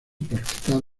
practicar